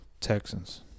Texans